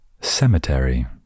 Cemetery